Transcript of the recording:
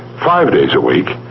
five days a week,